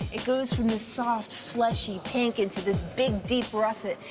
it goes from the soft, fleshy pink into this big, deep, russet,